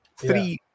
three